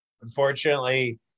Unfortunately